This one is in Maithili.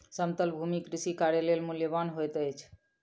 समतल भूमि कृषि कार्य लेल मूल्यवान होइत अछि